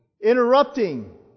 Interrupting